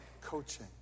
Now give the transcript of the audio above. coaching